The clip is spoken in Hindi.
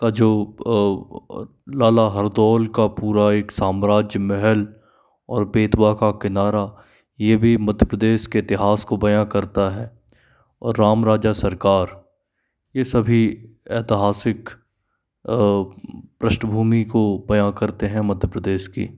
का जो लाला हरदौल का पूरा एक साम्राज्य महल और बेतवा का किनारा यह भी मध्य प्रदेश के इतिहास को बयाँ करता है और राम राजा सरकार यह सभी ऐतहासिक पृष्ठभूमि को बयाँ करते हैं मध्य प्रदेश की